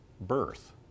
birth